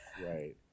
Right